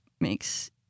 makes